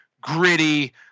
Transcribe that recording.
gritty